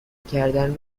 کردن